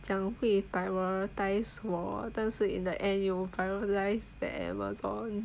讲会 prioritise 我但是 in the end you prioritise that Amazon